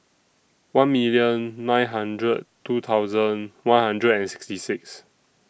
one million nine hundred two thousand one hundred and sixty six